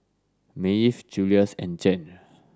Maeve Julius and Jann